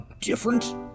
different